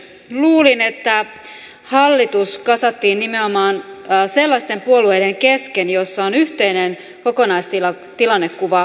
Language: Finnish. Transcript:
luulin että hallitus kasattiin nimenomaan sellaisten puolueiden kesken joissa on yhteinen kokonaistilannekuva suomesta